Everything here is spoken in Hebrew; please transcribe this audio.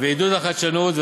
ועידוד החדשנות,